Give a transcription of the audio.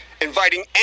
inviting